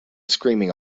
screaming